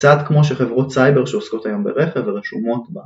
קצת כמו שחברות סייבר שעוסקות היום ברכב ורשומות בה